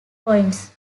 points